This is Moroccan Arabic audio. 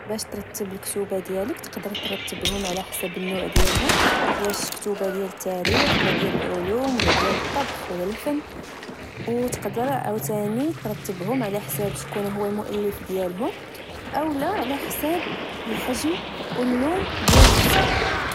باش ترتب الكتوبا ديالك تقدر ترتبهوم على حساب النوع ديالهم واش كتوبا ديال التاريخ، ولا ديال العلوم ولا ديال الطبخ، ولا الفن، أو تقدر عوتاني ترتبهم على حساب شكون هو المؤلف ديالهم أولا على حساب الحجم، واللون ديال الكتاب